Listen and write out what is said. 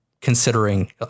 considering